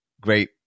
great